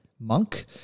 monk